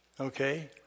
Okay